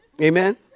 Amen